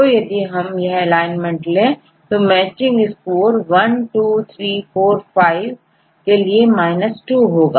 तो यदि हम यह एलाइनमेंट ले तो मैचिंग स्कोर12345 के लिए 2 होगा